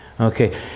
Okay